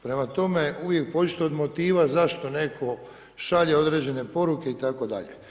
Prema tome, uvijek pođite od motiva zašto neko šalje određene poruke itd.